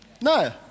No